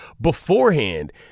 beforehand